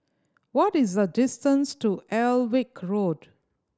what is the distance to Alnwick Road